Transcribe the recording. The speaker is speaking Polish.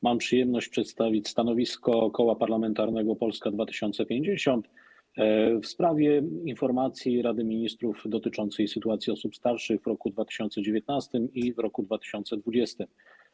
Mam przyjemność przedstawić stanowisko Koła Parlamentarnego Polska 2050 w sprawie informacji Rady Ministrów dotyczących sytuacji osób starszych w roku 2019 i w roku 2020.